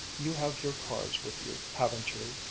you have your cards with you, haven't you?